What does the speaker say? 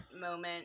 moment